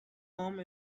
came